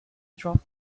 drop